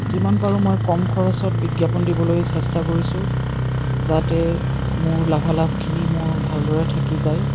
যিমান পাৰোঁ মই কম খৰচত বিজ্ঞাপন দিবলৈ চেষ্টা কৰিছোঁ যাতে মোৰ লাভালাভখিনি মোৰ ভালদৰে থাকি যায়